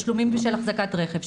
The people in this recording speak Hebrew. תשלומים בשל אחזקת רכב,